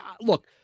look